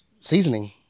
seasoning